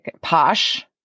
posh